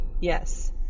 yes